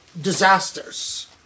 disasters